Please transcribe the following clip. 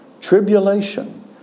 tribulation